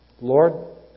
Lord